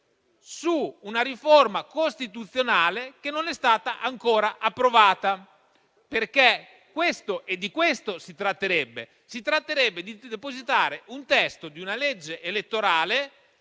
su una riforma costituzionale che non è stata ancora approvata. Perché di questo si tratterebbe, cioè di depositare il testo di una legge elettorale